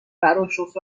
براشفت